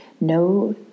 no